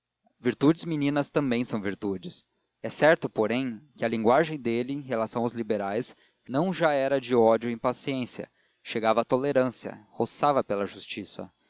virtudes meninas também são virtudes é certo porém que a linguagem dele em relação aos liberais não era já de ódio ou impaciência chegava à tolerância roçava pela justiça